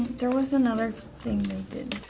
there was another thing they did.